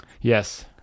Yes